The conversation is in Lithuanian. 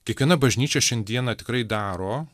kiekviena bažnyčia šiandieną tikrai daro